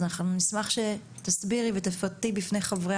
אז אנחנו נשמח שתסבירי ותפרטי בפני חברי